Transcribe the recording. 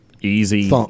easy